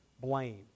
blame